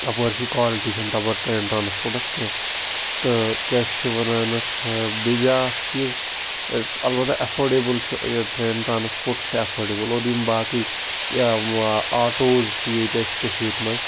quality چھَنہٕ train transports کینٛہہ تہٕ کیٛاہ چھِ وَنان اَتھ بیٚیہِ بیٛاکھ چیٖز اَلبَتہ اٮ۪فٲڈیبٕل چھُ یہِ ٹرٛین ٹرٛانَسپوٹ چھِ اٮ۪فٲڈیبٕل اور یِم باقٕے آٹوز چھِ ییٚتہِ اَسہِ کٔشیٖرِ منٛز